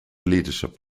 leadership